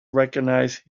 recognize